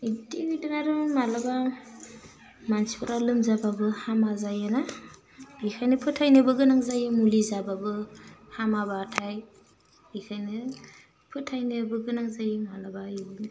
इदि बिदिनो आर' मालाबा मानसिफ्रा लोमजाबाबो हामा जायोना बिखायनो फोथाइनोबो गोनां जायो मुलि जाबाबो हामाबाथाइ बिखायनो फोथाइनोबो गोनां जायो मालाबा इदिनो